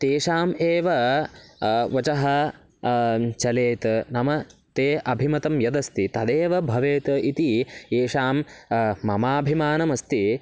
तेषाम् एव वचः चलेत् नाम ते अभिमतं यदस्ति तदेव भवेत् इति येषां ममाभिमानमस्ति